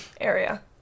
area